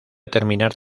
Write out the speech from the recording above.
terminar